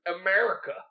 America